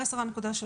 אולי 10.3,